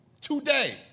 today